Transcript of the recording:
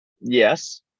Yes